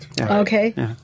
Okay